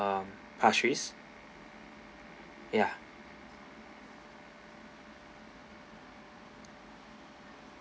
um ya